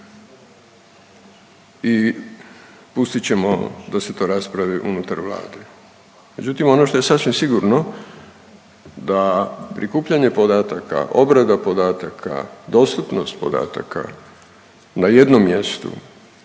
i pustit ćemo da se to raspravi unutar Vlade. Međutim, ono što je sasvim sigurno da prikupljanje podataka, obrada podataka, dostupnost podataka na jednom mjestu,